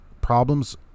problems